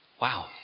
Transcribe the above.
Wow